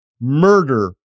murder